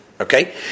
Okay